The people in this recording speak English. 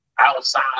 outside